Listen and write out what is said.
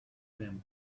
him